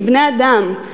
עם בני-אדם,